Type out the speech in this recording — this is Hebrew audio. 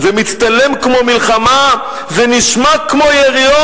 "זה מצטלם כמו מלחמה,/ זה נשמע כמו יריות".